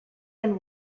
and